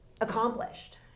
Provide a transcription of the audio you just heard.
accomplished